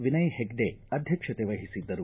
ವಿನಯ ಹೆಗ್ಡೆ ಅಧ್ಯಕ್ಷತೆ ವಹಿಸಿದ್ದರು